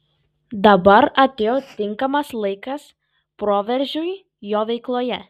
dabar atėjo tinkamas laikas proveržiui jo veikloje